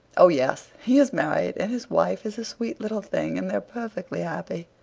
oh, yes. he is married and his wife is a sweet little thing and they're perfectly happy.